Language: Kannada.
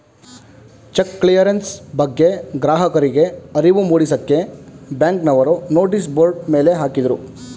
ಚೆಕ್ ಕ್ಲಿಯರೆನ್ಸ್ ಬಗ್ಗೆ ಗ್ರಾಹಕರಿಗೆ ಅರಿವು ಮೂಡಿಸಕ್ಕೆ ಬ್ಯಾಂಕ್ನವರು ನೋಟಿಸ್ ಬೋರ್ಡ್ ಮೇಲೆ ಹಾಕಿದ್ರು